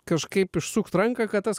kažkaip išsukt ranką kad tas